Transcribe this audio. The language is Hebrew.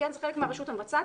זה חלק מהרשות המבצעת.